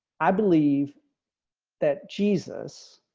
i believe that jesus